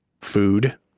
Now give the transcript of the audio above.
food